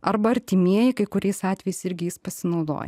arba artimieji kai kuriais atvejais irgi jais pasinaudoja